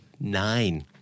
nine